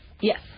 Yes